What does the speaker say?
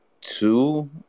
two